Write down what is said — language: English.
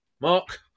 Mark